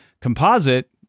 composite